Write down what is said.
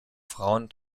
frauen